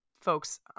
folks